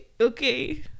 okay